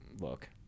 look